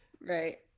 Right